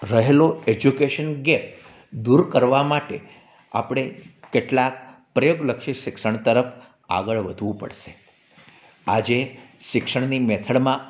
રહેલો education gap દૂર કરવા માટે આપણે કેટલાંક પ્રયોગલક્ષી શિક્ષણ તરફ આગળ વધવું પડશે આજે શિક્ષણની મેથડમાં